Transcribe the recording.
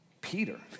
Peter